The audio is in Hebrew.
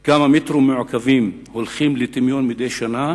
ולמצוא כמה מטרים מעוקבים יורדים לטמיון מדי שנה